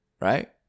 right